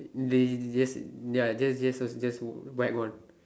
they yes ya just just just put white one